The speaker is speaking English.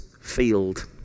Field